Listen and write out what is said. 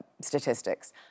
statistics